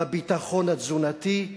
בביטחון התזונתי,